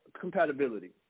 compatibility